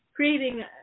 Creating